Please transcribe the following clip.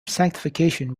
sanctification